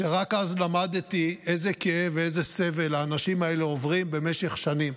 רק אז למדתי איזה כאב ואיזה סבל האנשים האלה עוברים במשך שנים,